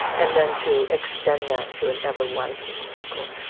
and then to extend that to an ever widening circle.